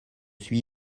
suis